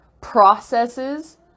processes